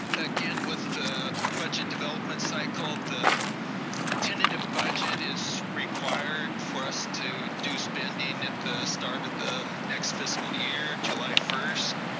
again with the budget development cycle, the tentative budget is required for us to do spending at the start of the next fiscal year, july first.